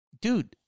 Dude